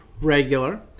regular